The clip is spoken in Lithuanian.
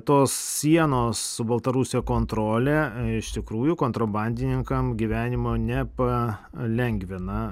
tos sienos su baltarusija kontrolė iš tikrųjų kontrabandininkam gyvenimo nepalengvina